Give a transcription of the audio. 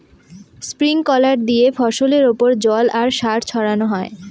sprinkler দিয়ে ফসলের ওপর জল আর সার ছড়ানো হয়